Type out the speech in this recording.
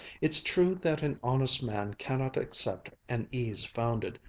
it's true that an honest man cannot accept an ease founded,